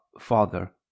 Father